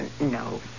No